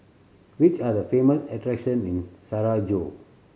which are the famous attractions in Sarajevo